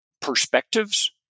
perspectives